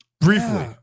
Briefly